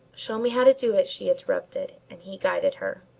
show me how to do it, she interrupted and he guided her.